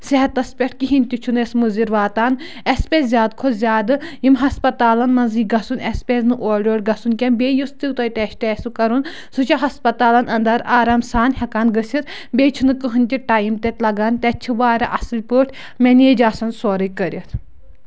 صحتَس پٮ۪ٹھ کِہیٖنۍ تہِ چھُنہٕ اَسہِ مُضِر واتان اَسہِ پَزِ زیادٕ کھۄتہٕ زیادٕ یِم ہَسپَتالَن منٛزٕے گژھُن اَسہِ پَزِ نہٕ اورٕ یور گژھُن کیٚنہہ بیٚیہِ یُس تہِ تۄہہِ ٹٮ۪سٹ آسوٕ کَرُن سُہ چھُ ہَسپَتالَن اَندر آرام سان ہٮ۪کان گژھِتھ بیٚیہِ چھُنہٕ کٔہینۍ تہِ ٹایم تَتہِ لَگان تَتہِ چھُ واراہ اکھ اَصٕل پٲٹھۍ مینٮ۪ج آسان کٔرِتھ